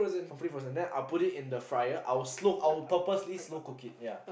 completely unfrozen then I will put it in the fryer I'll slow I will purposely slow cook it ya